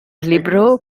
libro